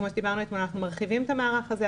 וכמו שדיברנו אתמול אנחנו מרחיבים את המערך הזה,